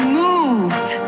moved